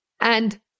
And-